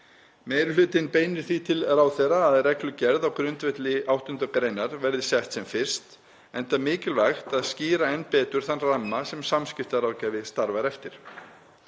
Meiri hlutinn beinir því til ráðherra að reglugerð á grundvelli 8. gr. verði sett sem fyrst enda mikilvægt að skýra enn betur þann ramma sem samskiptaráðgjafi starfar eftir.